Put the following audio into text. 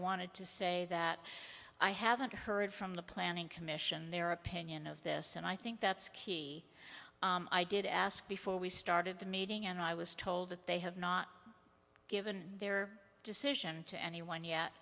wanted to say that i haven't heard from the planning commission their opinion of this and i think that's key i did ask before we started the meeting and i was told that they have not given their decision to anyone yet